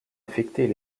affectés